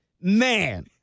Man